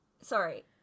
sorry